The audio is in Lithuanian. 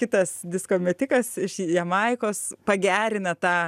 kitas disko metikas iš jamaikos pagerina tą